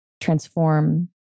transform